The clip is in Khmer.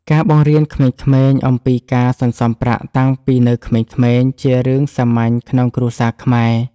ការបង្រៀនក្មេងៗអំពីការសន្សំប្រាក់តាំងពីនៅក្មេងៗជារឿងសាមញ្ញក្នុងគ្រួសារខ្មែរ។